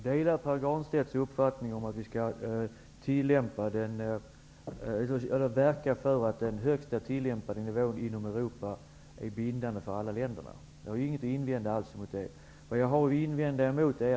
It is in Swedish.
Herr talman! Jag delar Pär Granstedts uppfattning att vi skall verka för att den högsta tillämpade nivån inom Europa skall vara bindande för alla länder. Jag har ingenting alls att invända mot detta.